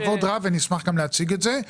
בכבוד רב ונשמח גם להציג את זה.